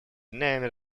named